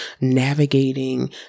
navigating